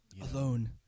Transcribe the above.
alone